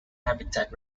habitat